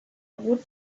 woot